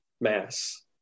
mass